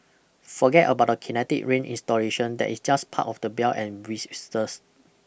forget about that kinetic rain installation that is just part of the bell and whistles